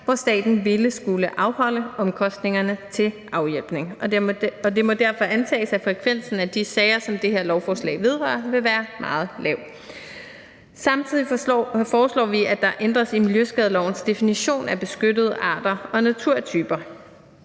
hvor staten ville skulle afholde omkostningerne til afhjælpning. Det må derfor antages, at frekvensen af de sager, som det her lovforslag vedrører, vil være meget lav. Vi foreslår samtidig, at der ændres i miljøskadelovens definition af beskyttede arter og naturtyper.